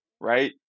Right